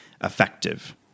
effective